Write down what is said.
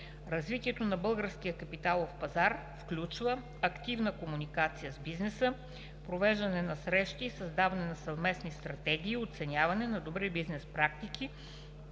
Развитието на българския капиталов пазар включва активна комуникация с бизнеса, провеждане на срещи и създаване на съвместни стратегии и оценяване на добри бизнес практики,